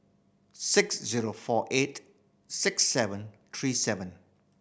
six zero four eight six seven three seven